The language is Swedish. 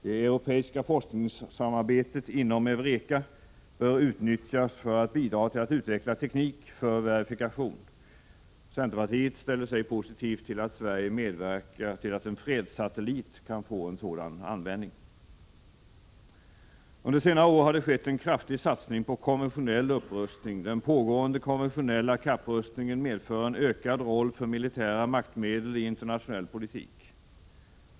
Det europeiska forskningssamarbetet inom Eureka bör utnyttjas för att bidra till att utveckla teknik för verifikation. Centerpartiet ställer sig positivt till att Sverige medverkar till att en fredssatellit kan få en sådan användning. Under senare år har det skett en kraftig satsning på konventionell upprustning. Den pågående konventionella kapprustningen medför en ökad roll för militära maktmedel i internationell politik.